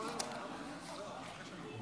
חברי חבר הכנסת.